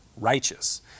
righteous